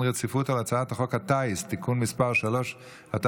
רציפות על הצעת חוק הטיס (תיקון מס' 3),